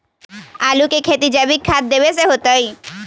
आलु के खेती जैविक खाध देवे से होतई?